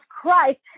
Christ